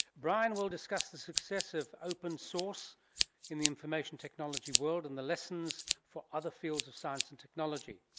brian will discuss the success of open source in the information technology world and the lessons for other fields of science and technology.